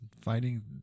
fighting